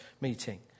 meeting